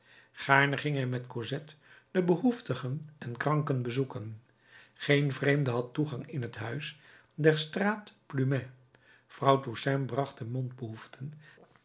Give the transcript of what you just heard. ging hij met cosette de behoeftigen en kranken bezoeken geen vreemde had toegang in het huis der straat plumet vrouw toussaint bracht de